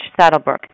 Saddlebrook